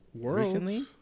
recently